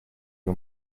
you